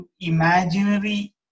Imaginary